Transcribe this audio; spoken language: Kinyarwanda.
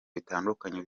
bitandukanye